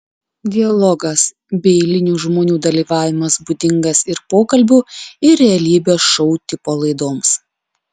dialogas bei eilinių žmonių dalyvavimas būdingas ir pokalbių ir realybės šou tipo laidoms